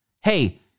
Hey